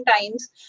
times